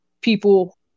people